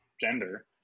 gender